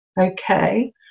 okay